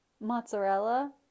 mozzarella